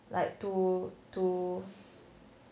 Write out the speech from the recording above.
like to to